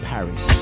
Paris